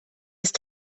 ist